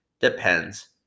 Depends